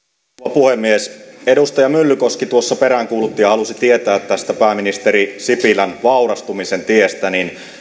puhemies edustaja myllykoski tuossa peräänkuulutti ja halusi tietää pääministeri sipilän vaurastumisen tiestä